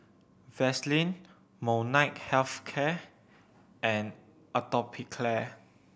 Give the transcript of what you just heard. Vaselin Molnylcke Health Care and Atopiclair